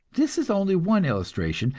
this is only one illustration,